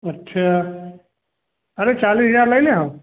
अच्छा अरे चालीस हजार लइ ले हो